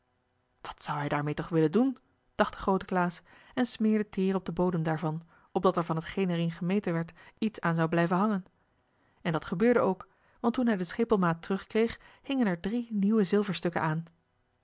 wat zou hij daarmee toch willen doen dacht de groote klaas en smeerde teer op den bodem daarvan opdat er van hetgeen er in gemeten werd iets aan zou blijven hangen en dat gebeurde ook want toen hij de schepelmaat terugkreeg hingen er drie nieuwe zilverstukken aan